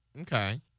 Okay